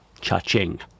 cha-ching